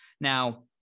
Now